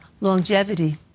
longevity